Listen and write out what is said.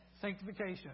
sanctification